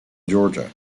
georgia